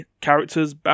Characters